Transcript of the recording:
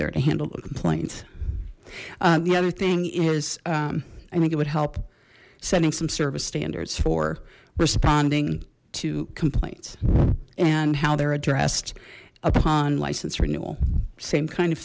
there to handle the complaints the other thing is i think it would help sending some service standards for responding to complaints and how they're addressed upon license renewal same kind of